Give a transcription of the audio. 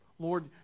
Lord